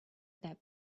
that